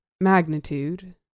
magnitude